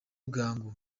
bwangu